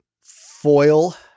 foil